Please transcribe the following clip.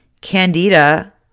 candida